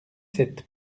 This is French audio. sept